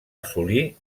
assolir